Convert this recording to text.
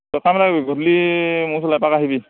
তই কাম এটা কৰিবি গধূলি মোৰ ওচৰলৈ এপাক আহিবি